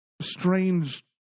strange